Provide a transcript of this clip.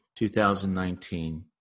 2019